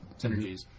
synergies